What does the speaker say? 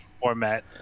format